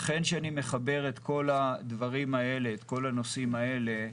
לכן, כשאני מחבר את כל הנושאים האלה,